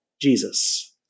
Jesus